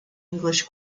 english